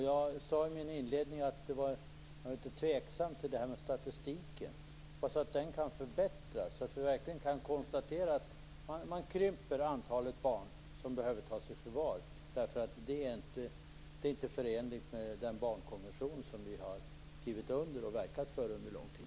Jag sade i min inledning att jag var litet tveksam till statistiken. Jag hoppas att den kan förbättras så att vi kan konstatera att antalet barn som behöver tas i förvar minskar. Det är inte förenligt med den barnkonvention som vi har skrivit under och verkat för under lång tid.